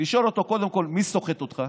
לשאול אותו קודם כול: מי סוחט אותך?